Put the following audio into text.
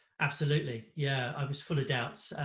absolutely, yeah, i was full of doubts.